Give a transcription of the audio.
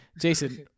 Jason